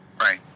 Right